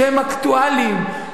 שהם אקטואליים?